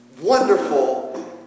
wonderful